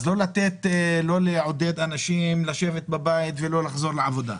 לא לעודד אנשים לשבת בבית ולא לחזור לעבודה,